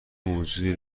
موجودی